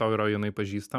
tau yra jinai pažįsta